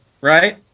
right